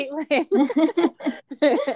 Caitlin